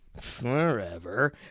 forever